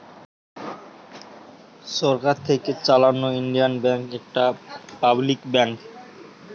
সরকার থিকে চালানো Indian bank একটা পাবলিক ব্যাঙ্ক